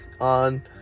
on